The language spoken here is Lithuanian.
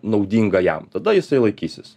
naudinga jam tada jisai laikysis